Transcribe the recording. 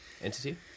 entity